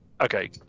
Okay